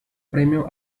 premio